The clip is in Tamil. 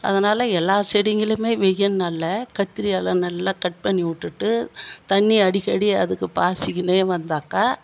அதனால் எல்லா செடிங்களுமே வெயல் நாளில் கத்திரியால் நல்லா கட் பண்ணி விட்டுட்டு தண்ணி அடிக்கடி அதுக்கு பாய்ச்சுக்குன்னே வந்தாக்கா